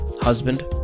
husband